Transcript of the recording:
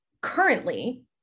currently